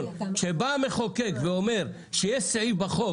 כשבא המחוקק ואומר שבחוק יש סעיף שקובע